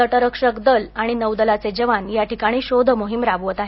तटरक्षक दल आणि नौदलाचे जवान या ठिकाणी शोध मोहीम राबवत आहेत